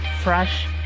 fresh